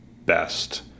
best